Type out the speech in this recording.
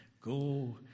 Go